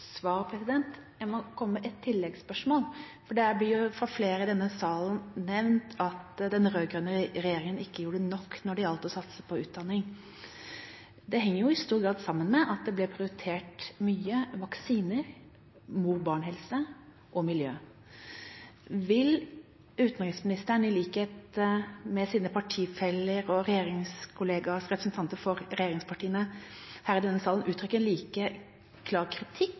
Jeg må komme med et tilleggsspørsmål, for det blir fra flere i denne salen nevnt at den rød-grønne regjeringa ikke gjorde nok når det gjaldt å satse på utdanning. Det henger i stor grad sammen med at vaksiner, mor–barn-helse og miljø ble mye prioritert. Vil utenriksministeren i likhet med sine partifeller og andre representanter for regjeringspartiene her i denne salen uttrykke en like klar kritikk